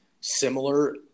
similar